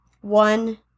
One